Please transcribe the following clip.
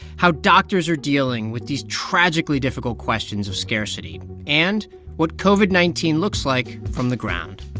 how doctors are dealing with these tragically difficult questions of scarcity and what covid nineteen looks like from the ground